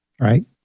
right